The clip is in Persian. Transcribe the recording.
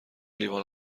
لیوان